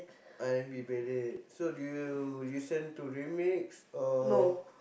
R-and-B ballad so do you listen to remix or